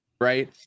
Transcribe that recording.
right